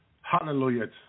Hallelujah